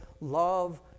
love